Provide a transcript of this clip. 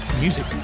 music